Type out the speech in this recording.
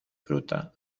fruta